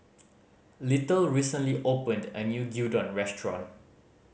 Little recently opened a new Gyudon Restaurant